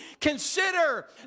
consider